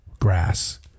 grass